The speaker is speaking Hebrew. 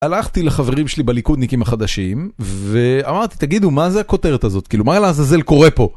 הלכתי לחברים שלי בליכודניקים החדשים ואמרתי, תגידו, מה זה הכותרת הזאת? כאילו, מה לעזאזל קורה פה?